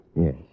Yes